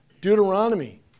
Deuteronomy